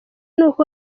n’uko